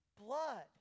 blood